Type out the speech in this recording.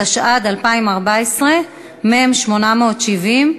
התשע"ד 2014, מ/870.